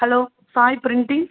hello Sai printing